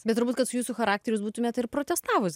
bet turbūt kad su jūsų charakteriu jūs būtumėt ir protestavus